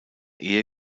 ehe